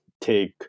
take